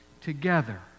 together